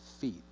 feet